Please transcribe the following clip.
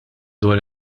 dwar